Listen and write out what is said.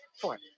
four